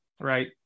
right